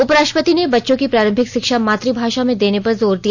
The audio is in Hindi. उपराष्ट्रपति ने बच्चों की प्रारंभिक शिक्षा मातू भाषा में देने पर जोर दिया